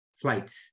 flights